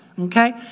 okay